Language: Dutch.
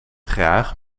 graag